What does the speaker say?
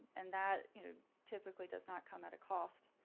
and that you know typically does not come at a cost.